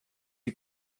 die